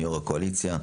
מיו"ר הקואליציה,